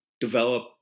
develop